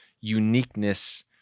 uniqueness